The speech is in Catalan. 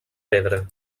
pedra